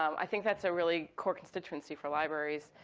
i think that's a really core constituency for libraries.